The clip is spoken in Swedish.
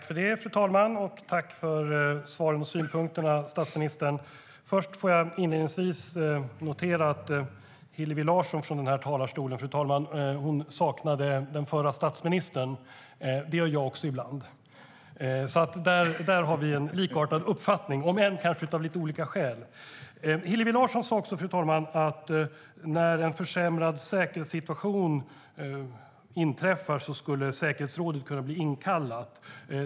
Fru talman! Tack för svaren och synpunkterna, statsministern! Inledningsvis noterar jag att Hillevi Larsson, i den här talarstolen, fru talman, saknade den förra statsministern. Det gör jag också ibland. Där har vi en likartad uppfattning, om än kanske av lite olika skäl. Hillevi Larsson sa också, fru talman, att det här säkerhetsrådet skulle kunna bli inkallat när en försämrad säkerhetssituation inträffar.